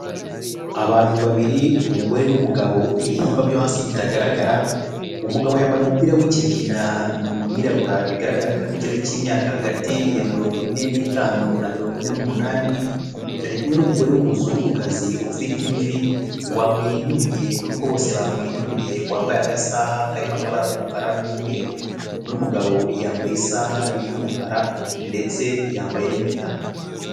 Abantu babiri umugore n'umugabo ibihimba byo hasi bitagaragara, umugabo yambaye umupira w'ikigina n’umwirabura bigaragara ko ari mu kigero cy'imyaka hagati ya mirongo ine n'itanu na mirongo ine n'umunani, ari kumwe n'umugore w'umuzungukazi ufite imvi wamwenyuye nubwo bose bamwenyuye wambaye agasaha karimo akabara k'umukara n'umweru n'umugabo yambaye isaha y'umukara ndetse yambaye n'impeta.